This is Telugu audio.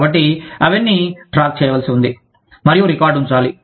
కాబట్టి అవన్నీ ట్రాక్ చేయవలసి ఉంది మరియు రికార్డు ఉంచాలి